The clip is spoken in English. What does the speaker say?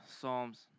Psalms